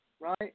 right